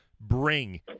bring